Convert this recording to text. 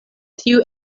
tiu